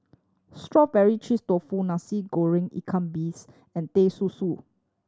strawberry cheese tofu Nasi Goreng ikan bilis and Teh Susu